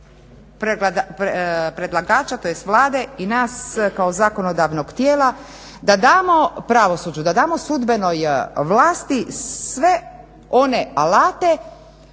predlagača tj. Vlade i nas kao zakonodavnog tijela da damo pravosuđu, da damo sudbenoj vlasti sve one alate